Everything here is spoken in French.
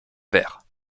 vers